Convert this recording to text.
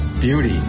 beauty